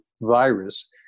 virus